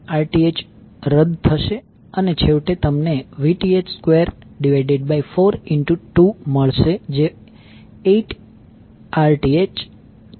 તેથી 1 Rth રદ થશે અને છેવટે તમને Vth2 4 2 મળશે જે 8 Rth છે